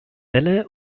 wälle